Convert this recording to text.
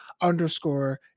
underscore